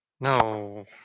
No